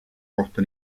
kohta